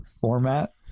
Format